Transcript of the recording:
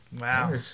Wow